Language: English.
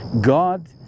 God